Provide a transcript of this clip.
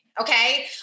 okay